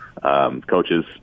Coaches